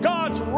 God's